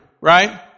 right